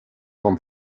vom